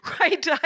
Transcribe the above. Right